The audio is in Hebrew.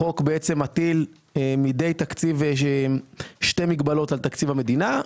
החוק בעצם מטיל מדי תקציב שתי מגבלות על תקציב המדינה.